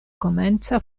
komenca